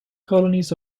colonies